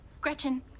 Gretchen